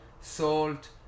salt